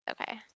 Okay